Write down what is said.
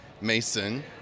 Mason